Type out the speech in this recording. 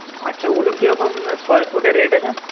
আচ্ছা ওগুলো কী রকম স্কোয়ার ফুটে রেট আছে